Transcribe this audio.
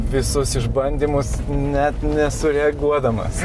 visus išbandymus net nesureaguodamas